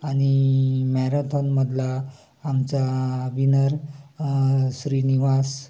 आणि मॅरेथॉनमधला आमचा विनर श्रीनिवास